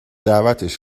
دعوتش